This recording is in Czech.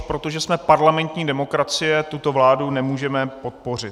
Protože jsme parlamentní demokracie, tuto vládu nemůžeme podpořit.